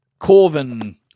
Corvin